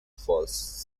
falls